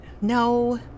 No